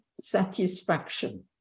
satisfaction